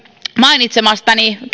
mainitsemastani